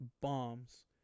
bombs